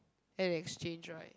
had to exchange right